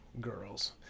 girls